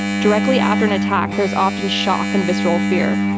directly after an attack, there is often shock and visceral fear.